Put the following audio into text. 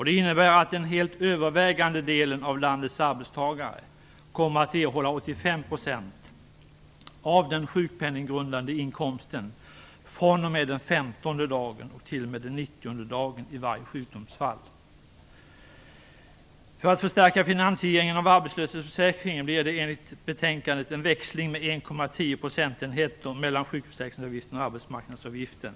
Det innebär att den helt övervägande delen av landets arbetstagare kommer att erhålla 85 % av den sjukpenninggrundande inkomsten fr.o.m. den femtonde dagen t.o.m. den 90 dagen i varje sjukdomsfall. För att förstärka finansieringen av arbetslöshetsförsäkringen blir det enligt betänkandet en växling med 1,10 procentenheter mellan sjukförsäkringsavgiften och arbetsmarknadsavgiften.